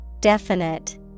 Definite